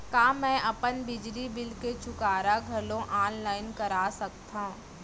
का मैं अपन बिजली बिल के चुकारा घलो ऑनलाइन करा सकथव?